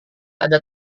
ada